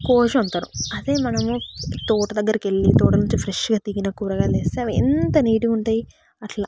కోసి వండుతారు అదే మనము తోట దగ్గరకు వెళ్ళి తోట నుంచి ఫ్రెష్గా దిగిన కూరగాయలు తెస్తే అవి ఎంత నీటుగా ఉంటాయి అట్లా